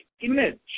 image